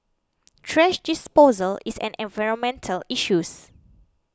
thrash disposal is an environmental issues